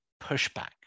pushback